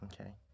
Okay